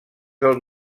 del